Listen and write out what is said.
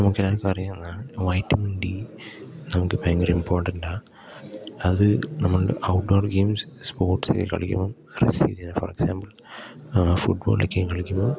നമുക്ക് എല്ലാവർക്കും അറിയാവുന്നതാണ് വൈറ്റമിൻ ഡി നമുക്ക് ഭയങ്കര ഇമ്പോർട്ടൻറ്റാ അത് നമ്മളുടെ ഔട്ട്ഡോർ ഗെയിംസ് സ്പോർട്സക്കെ കളിക്കുമ്പോൾ ഫോർ എക്സാമ്പിൾ ഫുട്ബോളൊക്കെ കളിക്കുമ്പോൾ